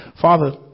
Father